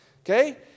Okay